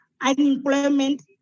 unemployment